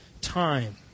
time